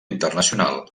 internacional